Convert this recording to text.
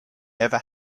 never